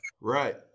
right